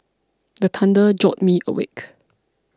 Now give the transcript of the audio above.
the thunder jolt me awake